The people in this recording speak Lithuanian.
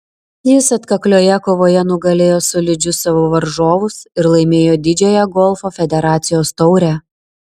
jis atkaklioje kovoje nugalėjo solidžius savo varžovus ir laimėjo didžiąją golfo federacijos taurę